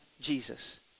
Jesus